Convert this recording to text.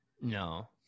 No